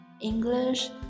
English